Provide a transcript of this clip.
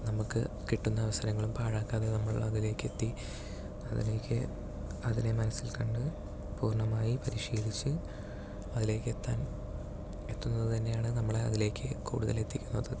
നമുക്ക് കിട്ടുന്ന അവസരങ്ങൾ പാഴാക്കാതെ നമ്മൾ അതിലേയ്ക്ക് എത്തി അതിലേയ്ക്ക് അതിനെ മനസ്സിൽ കണ്ട് പൂർണ്ണമായും പരിശീലിച്ച് അതിലേയ്ക്ക് എത്താൻ എത്തുന്നതു തന്നെയാണ് നമ്മളെ അതിലേയ്ക്ക് കൂടുതൽ എത്തിക്കുന്നത്